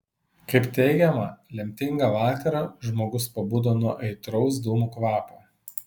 kaip teigiama lemtingą vakarą žmogus pabudo nuo aitraus dūmų kvapo